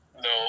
No